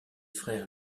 frères